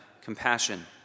compassion